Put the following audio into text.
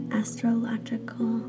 astrological